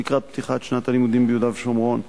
לקראת פתיחת שנת הלימודים ביהודה ושומרון.